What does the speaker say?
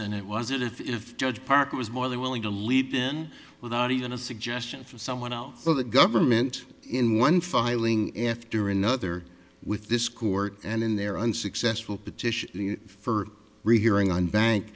then it was a lift if judge parker was more than willing to lead them without even a suggestion from someone else or the government in one filing after another with this court and in their unsuccessful petitioning for rehearing on bank